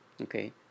Okay